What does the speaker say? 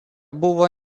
buvo